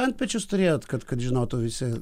antpečius turėjot kad kad žinotų visi